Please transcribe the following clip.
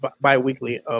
bi-weekly